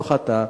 לא חטאה,